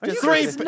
three